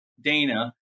Dana